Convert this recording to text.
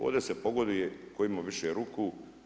Ovdje se pogoduje tko ima više ruku.